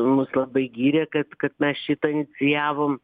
mus labai gyrė kad kad mes šitą inicijavom